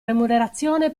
remunerazione